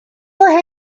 for